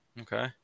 Okay